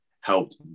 helped